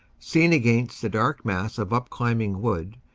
seen against the dark mass of up-climbing wood,